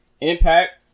impact